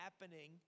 happening